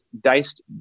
diced